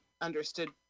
understood